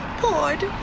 poured